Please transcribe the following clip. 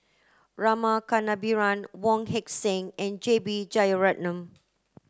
Rama Kannabiran Wong Heck Sing and J B Jeyaretnam